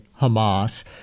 Hamas